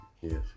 yes